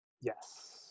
Yes